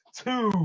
two